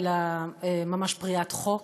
אלא ממש פריעת חוק,